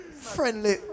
Friendly